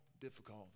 difficult